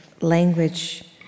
language